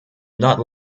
not